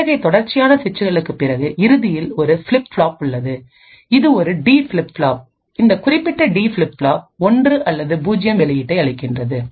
இத்தகைய தொடர்ச்சியான சுவிட்சுகளுக்குப் பிறகு இறுதியில் ஒரு பிளிப் ஃப்ளாப் உள்ளது இது ஒரு டி ஃபிளிப் ஃப்ளாப் இந்த குறிப்பிட்ட டி ஃபிளிப் ஃப்ளாப் 1 அல்லது 0 வெளியீட்டை அளிக்கிறது